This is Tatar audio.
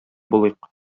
булыйк